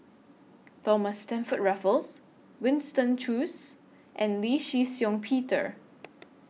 Thomas Stamford Raffles Winston Choos and Lee Shih Shiong Peter